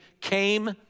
came